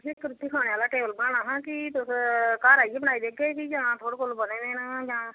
इक रूट्टी बनाने आह्ला टेवल बनाना हा इक तुसीं घार आइये बनाई देगे जां तुआड़े कोल बने दे न जां